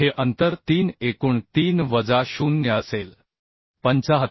हे अंतर 3 एकूण 3 वजा 0